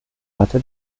hatte